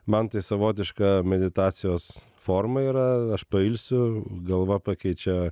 man tai savotiška meditacijos forma yra aš pailsiu galva pakeičia